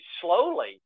slowly